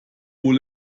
wohl